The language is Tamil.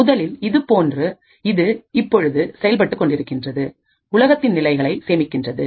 முதலில் இது இப்பொழுது செயல்பட்டுக் கொண்டிருக்கின்றன உலகத்தின் நிலைகளை சேமிக்கிறது